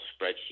spreadsheet